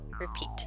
Repeat